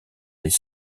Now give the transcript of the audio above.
les